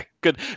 good